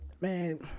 man